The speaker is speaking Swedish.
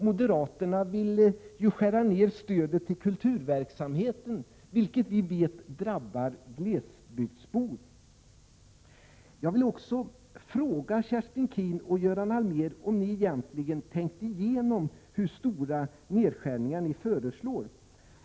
Moderaterna vill skära ned stödet till kulturverksamheten, vilket vi vet drabbar glesbygdsbor. Jag vill fråga Kerstin Keen och Göran Allmér om de egentligen har tänkt igenom hur stora nedskärningar de föreslår.